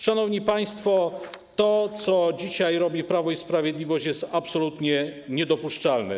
Szanowni państwo, to, co dzisiaj robi Prawo i Sprawiedliwość, jest absolutnie niedopuszczalne.